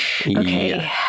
Okay